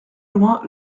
loin